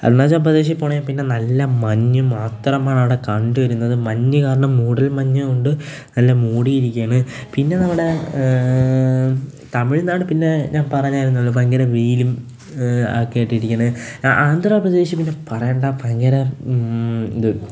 അരുണാചൽ പ്രദേശിൽ പോണേ പിന്നെ നല്ല മഞ്ഞ് മാത്രമാണ് അവിട കണ്ടുവരുന്നത് മഞ്ഞ് കാരണം മൂടൽ മഞ്ഞ് കൊണ്ട് നല്ല മൂടിയിരിക്കാണ് പിന്നെ നമ്മുടെ തമിഴ്നാട് പിന്നെ ഞാൻ പറഞ്ഞായിരുന്നല്ലോ ഭയങ്കര വെയിലും ഒക്കേയായിട്ടിരിക്കാണ് ആന്ധ്രാപ്രദേശ് പിന്നെ പറയേണ്ട ഭയങ്കര ഇത്